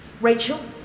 Rachel